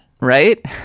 right